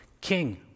king